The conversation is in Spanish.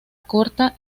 corta